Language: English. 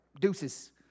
deuces